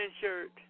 shirt